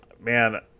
man